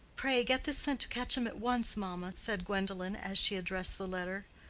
pray get this sent to quetcham at once, mamma, said gwendolen, as she addressed the letter.